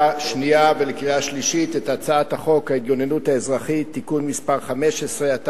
קובע שהצעת חוק לתיקון פקודת העיריות (עיריות איתנות),